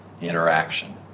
interaction